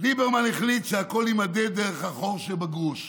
ליברמן החליט שהכול יימדד דרך החור שבגרוש,